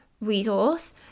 resource